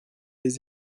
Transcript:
les